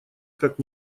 как